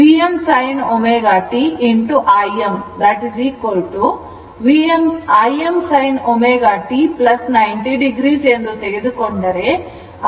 Vm sin ω t Im Im sin ω t 90 o ಎಂದು ತೆಗೆದುಕೊಂಡರೆ ಅದು Vm Im sin ω t ಆಗುತ್ತದೆ